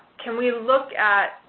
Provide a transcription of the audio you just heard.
can we look at